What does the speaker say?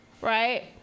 Right